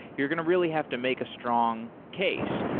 you're going to really have to make a strong case.